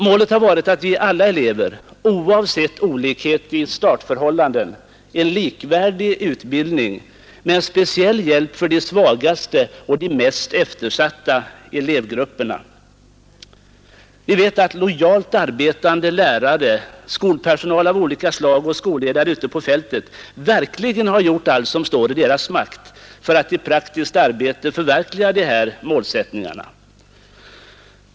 Målet har varit att ge alla elever, oavsett olikhet i startförhållanden, en likvärdig utbildning med speciell hjälp för de svagaste och mest eftersatta elevgrupperna. Vi vet att lojalt arbetande lärare, annan skolpersonal av olika slag och skolledare ute på fältet verkligen har gjort allt som står i deras makt för att i praktiskt arbete förverkliga målsättningarna.